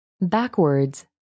Backwards